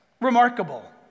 Remarkable